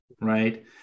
right